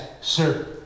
Sir